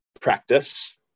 practice